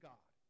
God